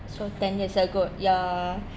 so ten years ago ya